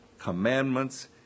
commandments